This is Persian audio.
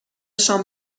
شام